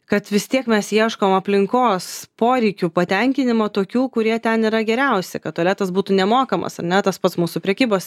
kad vis tiek mes ieškom aplinkos poreikių patenkinimo tokių kurie ten yra geriausi kad tualetas būtų nemokamas ar ne tas pats mūsų prekybos